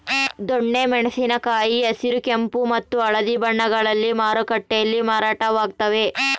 ದೊಣ್ಣೆ ಮೆಣಸಿನ ಕಾಯಿ ಹಸಿರು ಕೆಂಪು ಮತ್ತು ಹಳದಿ ಬಣ್ಣಗಳಲ್ಲಿ ಮಾರುಕಟ್ಟೆಯಲ್ಲಿ ಮಾರಾಟವಾಗುತ್ತವೆ